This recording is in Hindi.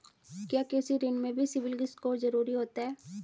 क्या कृषि ऋण में भी सिबिल स्कोर जरूरी होता है?